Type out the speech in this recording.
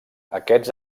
aquests